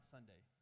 Sunday